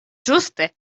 ĝuste